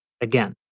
again